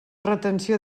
retenció